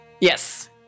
Yes